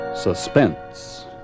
Suspense